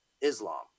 Islam